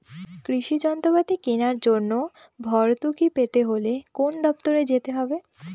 কৃষি যন্ত্রপাতি কেনার জন্য ভর্তুকি পেতে হলে কোন দপ্তরে যেতে হবে?